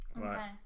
Okay